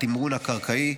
התמרון הקרקעי,